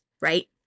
right